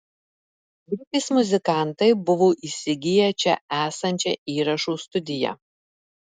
grupės muzikantai buvo įsigiję čia esančią įrašų studiją